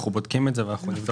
אני מציע